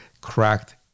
cracked